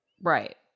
Right